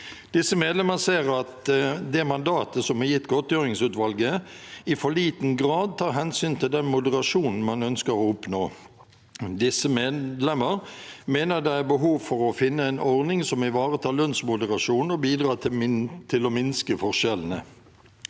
Disse medlemmer ser at det mandatet som er gitt godgjøringsutvalget, i for liten grad tar hensyn til den moderasjonen man ønsker å oppnå. Disse medlemmer mener det er behov for å finne en ordning som ivaretar lønnsmoderasjon og bidrar til å min